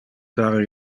pare